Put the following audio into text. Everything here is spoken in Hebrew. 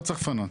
לא צריך לפנות.